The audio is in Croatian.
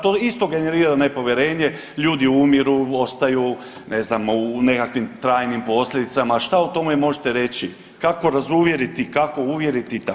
To isto generira nepovjerenje, ljudi umiru, ostaju, ne znam, u nekakvim trajnim posljedicama, šta o tome možete reći, kako razuvjeriti i kako uvjeriti i tako?